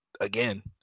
again